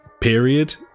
period